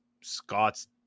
Scott's